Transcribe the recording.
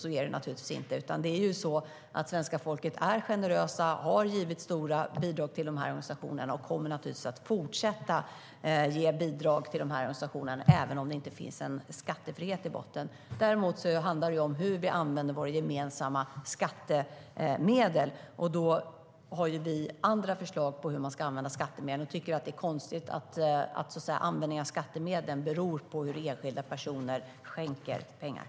Så är det naturligtvis inte, utan svenska folket är generöst och har givit stora bidrag till de här organisationerna och kommer naturligtvis att fortsätta att göra det även om det inte finns en avdragsrätt i botten.